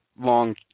long